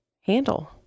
handle